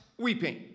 weeping